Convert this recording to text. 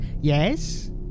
yes